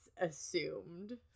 assumed